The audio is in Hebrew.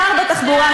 בעיקר בתחבורה,